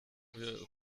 wir